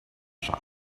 shop